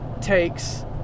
takes